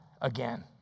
again